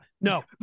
No